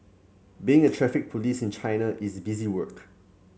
being a Traffic Police in China is busy work